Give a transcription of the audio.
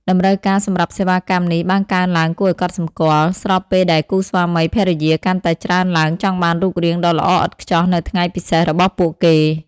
តម្រូវការសម្រាប់សេវាកម្មនេះបានកើនឡើងគួរឱ្យកត់សម្គាល់ ស្របពេលដែលគូស្វាមីភរិយាកាន់តែច្រើនឡើងចង់បានរូបរាងដ៏ល្អឥតខ្ចោះនៅថ្ងៃពិសេសរបស់ពួកគេ។